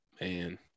Man